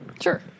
sure